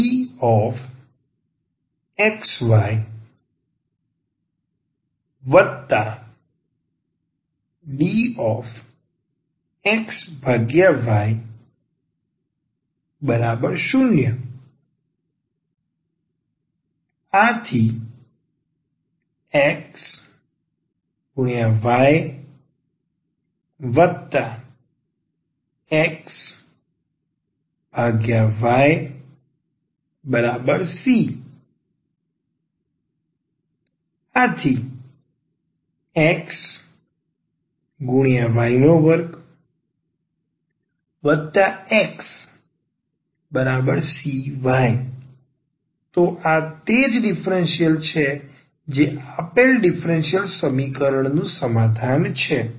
⟹dxydxy0 ⟹xyxyc ⟹xy2xcy તો આ તે જ ડીફરન્સીયલ છે જે આપેલ ડીફરન્સીયલ સમીકરણ નું સમાધાન છે